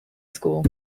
school